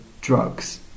drugs